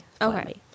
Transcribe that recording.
Okay